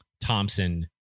Thompson